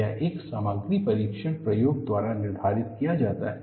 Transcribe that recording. यह एक सामग्री परीक्षण प्रयोग द्वारा निर्धारित किया जाता है